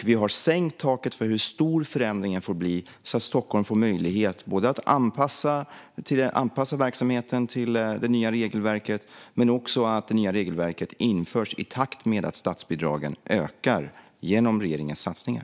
Vi har sänkt taket för hur stor förändringen får bli, så att Stockholm får möjlighet att anpassa verksamheten till det nya regelverket och så att det nya regelverket införs i takt med att statsbidragen ökar genom regeringens satsningar.